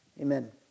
Amen